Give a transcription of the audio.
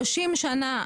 30 שנה,